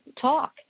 talk